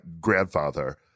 grandfather